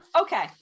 Okay